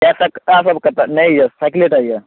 चारि चक्का सब कतहुँ नहि यऽ साइकिलेटा यऽ